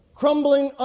crumbling